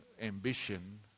ambition